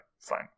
Fine